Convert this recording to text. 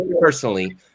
personally